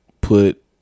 put